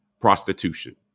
prostitution